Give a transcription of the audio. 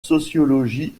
sociologie